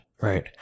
right